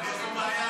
אבל יש פה בעיה.